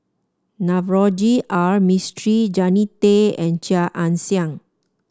Navroji R Mistri Jannie Tay and Chia Ann Siang